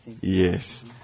Yes